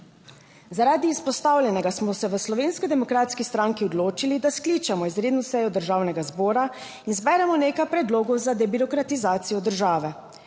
Zaradi izpostavljenega smo se v Slovenski demokratski stranki odločili, da skličemo izredno sejo Državnega zbora in zberemo nekaj predlogov za debirokratizacijo države.